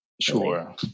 sure